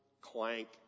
Clank